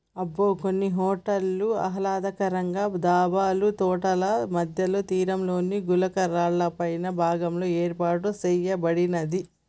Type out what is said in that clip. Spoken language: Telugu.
అబ్బ కొన్ని హోటల్స్ ఆహ్లాదకరంగా డాబాలు తోటల మధ్య తీరంలోని గులకరాళ్ళపై భాగంలో ఏర్పాటు సేయబడింది